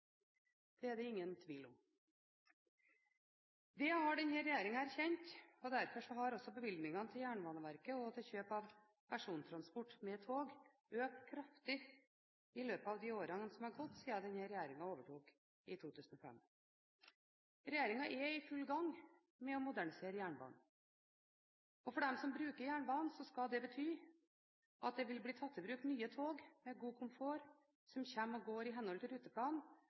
Det er det ingen tvil om. Det har denne regjeringen erkjent, og derfor har også bevilgningene til Jernbaneverket og til kjøp av persontransport med tog økt kraftig i løpet av de årene som er gått siden denne regjeringen overtok i 2005. Regjeringen er i full gang med å modernisere jernbanen. For dem som benytter jernbanen, vil det bety at det vil bli tatt i bruk nye tog med god komfort, som kommer og går i henhold til ruteplanen,